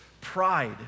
pride